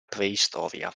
preistoria